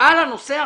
על הנושא החוקי.